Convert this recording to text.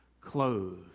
clothed